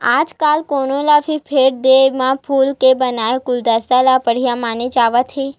आजकाल कोनो ल भी भेट देय म फूल के बनाए गुलदस्ता ल बड़िहा माने जावत हे